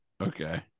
Okay